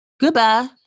Goodbye